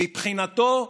מבחינתו,